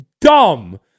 dumb